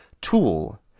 tool